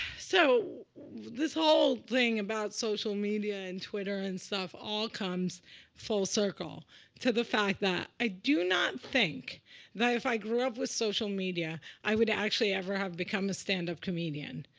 so this whole thing about social media and twitter and stuff all comes full circle to the fact that i do not think that if i grew up with social media, i would actually ever have become a stand-up comedian.